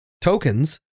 tokens